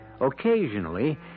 Occasionally